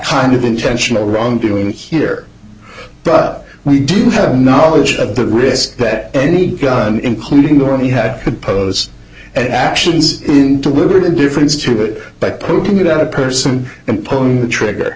kind of intentional wrongdoing here but we do have knowledge of the risk that any gun including the army had could pose and actions to liberate indifference to it by putting it out a person and pulling the trigger